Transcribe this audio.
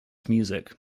music